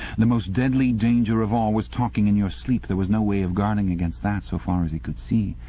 the most deadly danger of all was talking in your sleep. there was no way of guarding against that, so far as he could see.